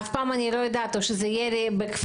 אף פעם אני לא יודעת אם זה ירי בכפר